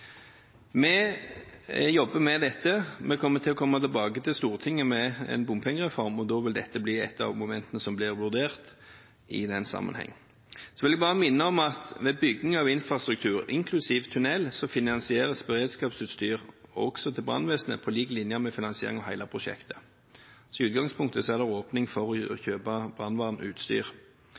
Vi jobber med dette, vi kommer til å komme tilbake til Stortinget med en bompengereform, og da vil dette bli et av momentene som blir vurdert i den sammenheng. Så vil jeg bare minne om at ved bygging av infrastruktur, inklusiv tunnel, finansieres beredskapsutstyr – også til brannvesenet – på lik linje med finanseringen av hele prosjektet. Så i utgangspunktet er det åpning for å kjøpe brannvernutstyr.